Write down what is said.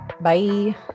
Bye